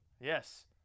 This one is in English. Yes